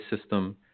system